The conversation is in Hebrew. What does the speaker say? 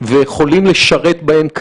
ומ-200 אנחנו מעבירים,